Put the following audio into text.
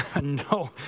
No